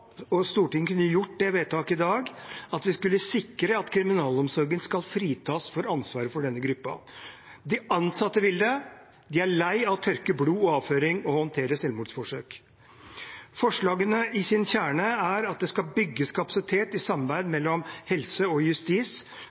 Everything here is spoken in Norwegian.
at Stortinget i dag kunne gjort vedtak om å sikre at kriminalomsorgen skal fritas for ansvaret for denne gruppen. De ansatte vil det. De er lei av å tørke blod og avføring og håndtere selvmordsforsøk. Forslagene, i sin kjerne, er at det skal bygges kapasitet i samarbeid mellom helse og justis